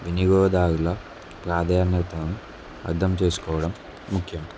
వినియోగదారుల ప్రాధాన్యతను అర్థం చేసుకోవడం ముఖ్యం